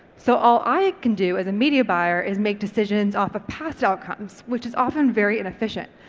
so all i can do as a media buyer is make decisions off of past outcomes, which is often very inefficient.